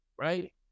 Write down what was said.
right